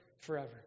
forever